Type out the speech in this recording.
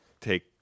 take